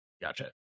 Gotcha